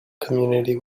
community